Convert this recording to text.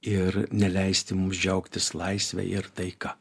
ir neleisti mums džiaugtis laisve ir taika